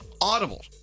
Audible